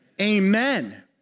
Amen